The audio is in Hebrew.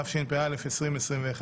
התשפ"א-2021,